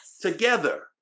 together